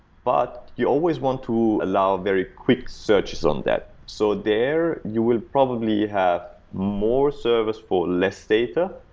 but you always want to allow very quick searches on that. so there, you will probably have more service for less data.